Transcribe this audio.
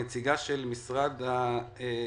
הנציגה של משרד הקליטה,